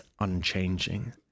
unchanging